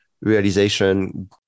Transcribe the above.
realization